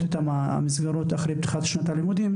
את המסגרות אחרי פתיחת שנת הלימודים,